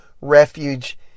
refuge